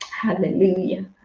Hallelujah